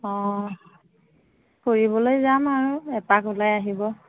অঁ ফুৰিবলৈ যাম আৰু এপাক ওলাই আহিব